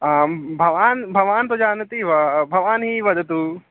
आं भवान् भवान् तु जानति वा भवान् वदतु